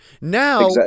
Now